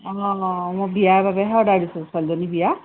অঁ অঁ মই বিয়াৰ বাবেহে অৰ্ডাৰ দিছোঁ ছোৱালীজনীৰ বিয়া